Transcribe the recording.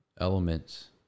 elements